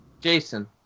Jason